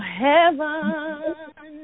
heaven